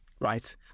Right